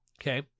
Okay